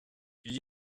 gli